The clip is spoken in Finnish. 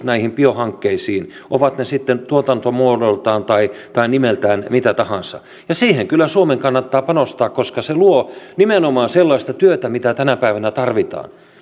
näihin biohankkeisiin ovat ne sitten tuotantomuodoltaan tai tai nimeltään mitä tahansa ja siihen kyllä suomen kannattaa panostaa koska se luo nimenomaan sellaista työtä mitä tänä päivänä tarvitaan